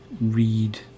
read